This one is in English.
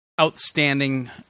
outstanding